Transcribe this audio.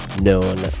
known